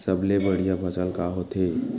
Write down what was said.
सबले बढ़िया फसल का होथे?